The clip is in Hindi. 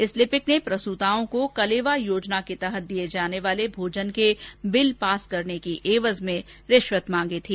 इस लिपिक ने प्रसूताओं को कलेवा योजना के तहत दिए जाने वाले भोजन के बिल पास करने की एवज में रिश्वत मांगी थी